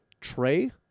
tray